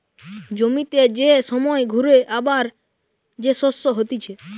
জমিতে যে সময় ঘুরে আবার যে শস্য হতিছে